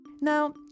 Now